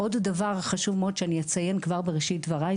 עוד דבר חשוב מאוד שאני אציין כבר בראשית דברי,